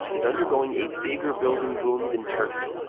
is undergoing a bigger building boom than turkey.